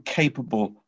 capable